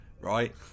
right